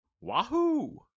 Wahoo